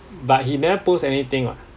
but he never post anything [what]